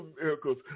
miracles